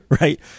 Right